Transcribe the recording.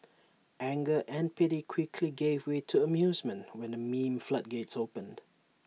anger and pity quickly gave way to amusement when the meme floodgates opened